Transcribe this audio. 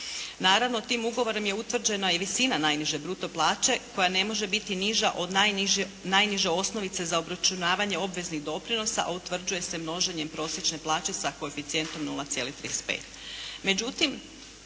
Naravno, tim ugovorom je utvrđena i visina najniže bruto plaće koja ne može biti niža od najniže osnovice za obračunavanje obveznih doprinosa, a utvrđuje se množenjem prosječne plaće sa koeficijentom 0,35.